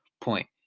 Point